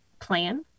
plan